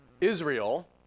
Israel